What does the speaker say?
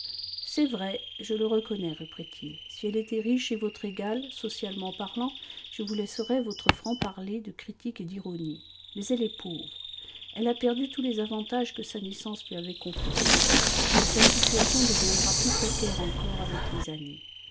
c'est vrai je le reconnais reprit-il si elle était riche et votre égale socialement parlant je vous laisserais votre franc parler de critique et d'ironie mais elle est pauvre elle a perdu tous les avantages que sa naissance lui avait conférés et sa situation deviendra plus précaire encore avec les années